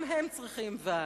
גם הם צריכים ועד.